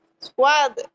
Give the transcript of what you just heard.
Squad